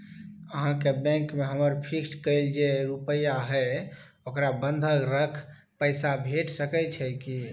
अहाँके बैंक में हमर फिक्स कैल जे रुपिया हय ओकरा बंधक रख पैसा भेट सकै छै कि?